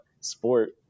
sport